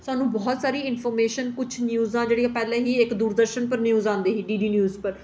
स्हान्नूं बहुत सारी इनफार्मेशन किश न्यूजां जेह्ड़ियां पैह्लें ई इक दूरदर्शन पर औंदी ही डीडी न्यूज़